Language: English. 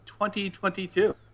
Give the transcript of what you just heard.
2022